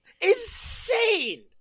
Insane